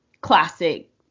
classic